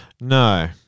No